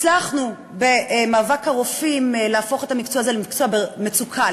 הצלחנו במאבק הרופאים להפוך את המקצוע הזה למקצוע במצוקה.